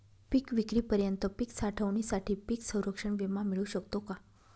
पिकविक्रीपर्यंत पीक साठवणीसाठी पीक संरक्षण विमा मिळू शकतो का?